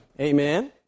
Amen